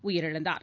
உயிரிழந்தார்